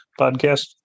podcast